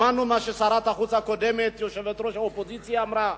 שמענו מה ששרת החוץ הקודמת יושבת-ראש האופוזיציה אמרה,